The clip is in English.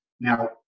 Now